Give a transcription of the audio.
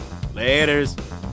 Laters